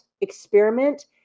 experiment